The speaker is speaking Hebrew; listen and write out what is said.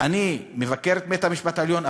אני מבקר את בית-המשפט העליון,